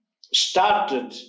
started